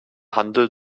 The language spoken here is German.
handel